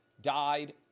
died